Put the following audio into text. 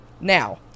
Now